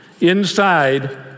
inside